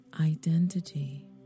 identity